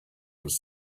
was